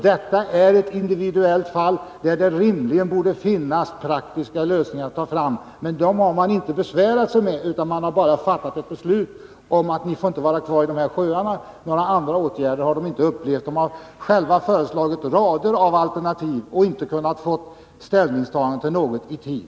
Detta är ett individuellt fall, där det rimligen borde finnas praktiska lösningar att ta fram. Men man har inte besvärat sig med att försöka finna dem utan bara fattat ett beslut om att verksamheten inte får vara kvar i de aktuella sjöarna. Myndigheterna har inte vidtagit några andra åtgärder. Företagarna har själva tagit rader av initiativ, men inte kunnat få myndigheternas ställningstaganden i tid.